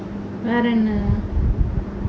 வேற என்ன:vera enna